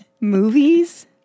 Movies